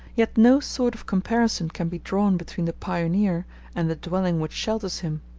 yet no sort of comparison can be drawn between the pioneer and the dwelling which shelters him.